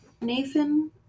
Nathan